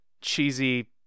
cheesy